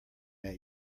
that